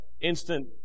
instant